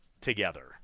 together